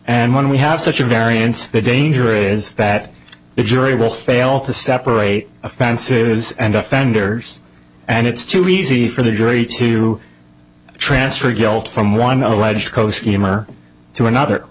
and when we have such a variance the danger is that the jury will fail to separate offensives and offenders and it's too easy for the jury to transfer guilt from one no alleged cosima to another